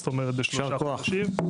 זאת אומרת בשלושה חודשים.